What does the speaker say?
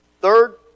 Third